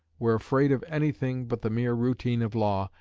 were afraid of anything but the mere routine of law,